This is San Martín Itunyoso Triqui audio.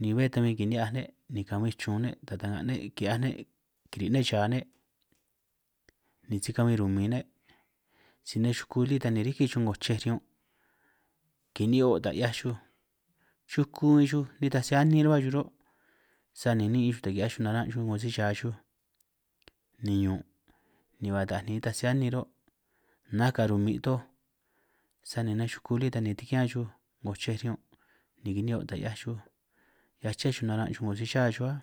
ni be tan bin kini'hiaj ne' ni kabin chun ne' taj tan' ki'hiaj ne' kiri' ne' cha ni si kabin rumin ne' si nej chuku lí tan ni riki chuj 'ngo chej riñun' kini'hio' taj 'hiaj chuj chuku chuj nitaj si anin rruhuo' chuj rruhuó' sani ni'in chuj taj ki'hiaj chuj naran' chuj 'ngo si cha chuj ni ñun' ni ba ta'aj ni nitaj ni anin rruhuo' nanj ka rumim' doj sani nej chuku lí tan ni tigán chuj 'ngo chej riñun' ni kini'hio' taj chuj nga aché chuj naran' chuj 'ngo si chá chuj áj.